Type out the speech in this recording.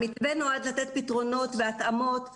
המתווה נועד לתת פתרונות והתאמות לאילוצים,